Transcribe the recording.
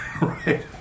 Right